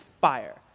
fire